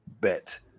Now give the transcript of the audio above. Bet